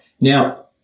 Now